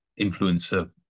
influencer